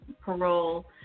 parole